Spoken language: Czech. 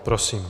Prosím.